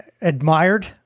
admired